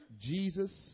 Jesus